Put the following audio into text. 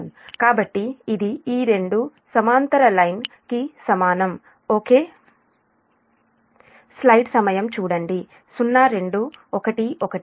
కాబట్టి ఇది ఈ రెండు సమాంతర లైన్ కి సమానం ఓకే